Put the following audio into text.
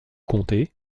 comté